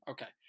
Okay